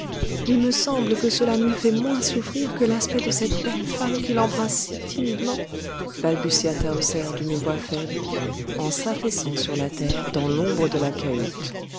il me semble que cela m'eût fait moins souffrir que l'aspect de cette belle femme qu'il embrasse si timidement balbutia tahoser d'une voix faible en s'affaissant sur la terre dans l'ombre de la cahute